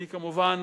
אני כמובן